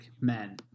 men